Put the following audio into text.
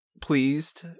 pleased